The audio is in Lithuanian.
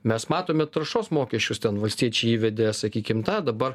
mes matome taršos mokesčius ten valstiečiai įvedė sakykim tą dabar